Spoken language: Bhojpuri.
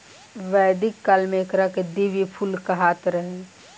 वैदिक काल में एकरा के दिव्य फूल कहात रहे